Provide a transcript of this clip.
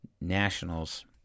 Nationals